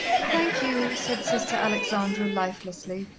thank you, said sister alexandra lifelessly.